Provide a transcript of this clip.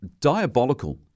diabolical